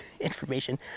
information